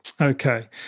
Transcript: Okay